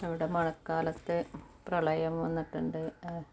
ഇവിടെ മഴക്കാലത്ത് പ്രളയം വന്നിട്ടുണ്ട്